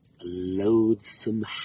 loathsome